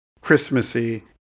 Christmassy